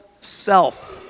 self